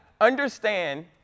understand